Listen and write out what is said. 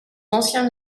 anciens